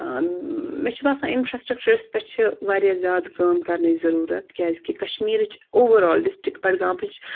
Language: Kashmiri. مےٚ چھُ باسان اِنفرٛاسٹرٛکچَرَس پؠٹھ چھِ واریاہ زیادٕ کٲم کَرنٕچ ضٔروٗرت کیازکہِ کشمیٖرٕچ اوٚوَرآل ڈِسٹِرٛک بَڈگامٕچ